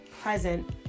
present